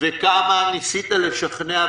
וכמה ניסית לשכנע,